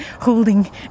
holding